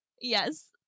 Yes